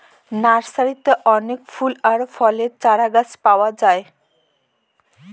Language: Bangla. নার্সারিতে অনেক ফুল আর ফলের চারাগাছ পাওয়া যায়